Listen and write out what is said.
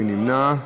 מי נמנע?